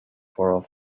for